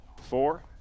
four